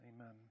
Amen